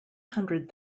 hundred